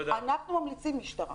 אנחנו ממליצים על המשטרה.